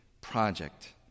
project